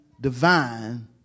divine